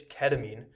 ketamine